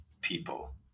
people